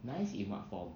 nice in what form